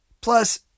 Plus